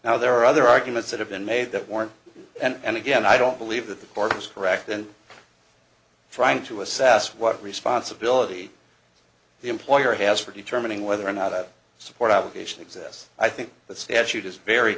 now there are other arguments that have been made that weren't and again i don't believe that the court was correct then trying to assess what responsibility the employer has for determining whether or not i support obligations this i think the statute is very